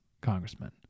congressman